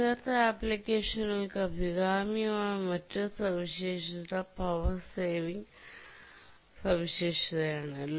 ഉൾച്ചേർത്ത ആപ്ലിക്കേഷനുകൾക്ക് അഭികാമ്യമായ മറ്റൊരു സവിശേഷത പവർ സേവിംഗ് സവിശേഷതയാണ്